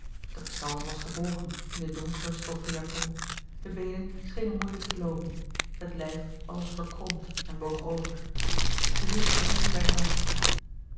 de gestalte was gebogen in de donkere stoffen japon de beenen schenen moeilijk te loopen het lijf was als verkromd en boog over zij hield henri bij de hand